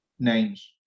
names